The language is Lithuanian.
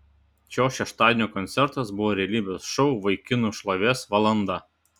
šio šeštadienio koncertas buvo realybės šou vaikinų šlovės valanda